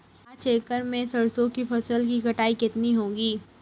पांच एकड़ में सरसों की फसल की कटाई कितनी होगी?